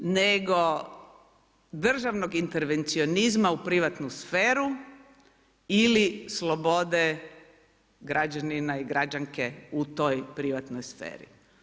Nego državno intervencionizma u privatno sferu ili slobode građanina i građanke u toj privatnoj sferi.